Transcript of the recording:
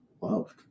loved